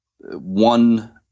one